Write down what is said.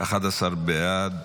את הצעת